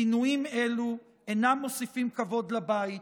כינויים אלו אינם מוסיפים כבוד לבית,